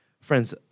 Friends